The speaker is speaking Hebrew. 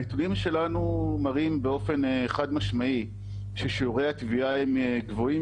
הנתונים שלנו מראים באופן חד-משמעי ששיעורי הטביעה הם גבוהים